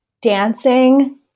dancing